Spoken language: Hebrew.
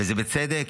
ובצדק,